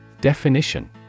Definition